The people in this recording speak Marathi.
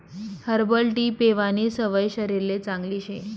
हर्बल टी पेवानी सवय शरीरले चांगली शे